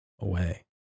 away